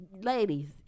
Ladies